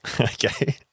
Okay